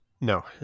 No